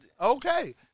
Okay